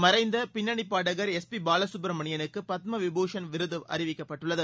மறைந்த பாடகர் S P பாலகப்பிரமணியனுக்கு பத்மவிபுஷன் விருது அறிவிக்கப்பட்டுள்ளது